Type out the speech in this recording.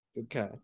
Okay